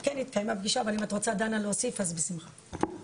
אם את רוצה להוסיף, דנה, בשמחה.